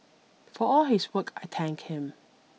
for all his work I thank him